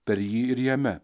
per jį ir jame